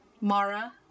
Mara